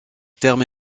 terme